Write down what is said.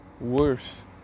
worse